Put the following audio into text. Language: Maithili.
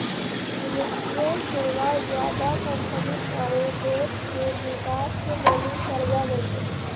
वित्तीय सेवा ज्यादा कम्पनी आरो देश के बिकास के लेली कर्जा दै छै